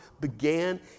began